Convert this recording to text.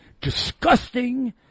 disgusting